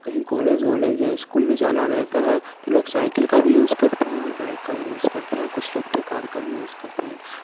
کہیں کالج والج یا اسکول بھی جانا رہتا ہے تو لوگ سائیکل کا بھی یوز کرتے ہیں اور بائک کا بھی یوز کرتے ہیں کچھ لوگ تو کار کا بھی یوز کرتے ہیں